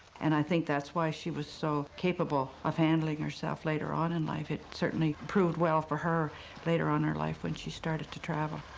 and i think that's why she was so capable of handling herself later on in life. it certainly proved well for her later on in her life, when she started to travel.